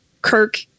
Kirk